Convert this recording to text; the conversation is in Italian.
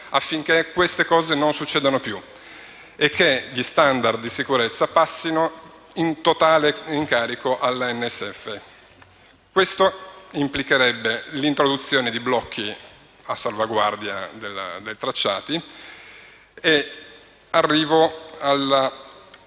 affinché queste cose non succedano più e gli *standard* di sicurezza passino interamente in carico all'ANSF. Questo implicherebbe l'introduzione di blocchi a salvaguardia dei tracciati. Arrivo alla